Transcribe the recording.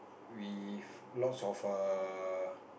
with lots of err